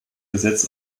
gesetz